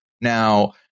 Now